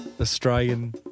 Australian